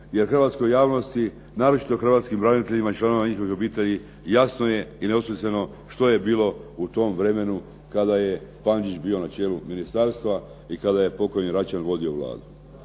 jer hrvatskoj javnosti a naročito hrvatskim braniteljima i članovima njihovih obitelji jasno je i .../Govornik se ne razumije./... što je bilo u tom vremenu kada je Pančić bio na čelu ministarstva i kada je pokojni Račan vodio Vladu.